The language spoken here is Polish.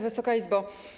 Wysoka Izbo!